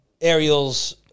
Ariel's